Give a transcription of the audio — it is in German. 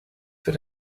für